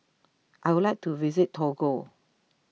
I would like to visit Togo